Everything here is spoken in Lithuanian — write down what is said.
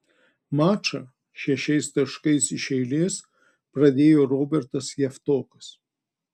mačą šešiais taškais iš eilės pradėjo robertas javtokas